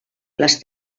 les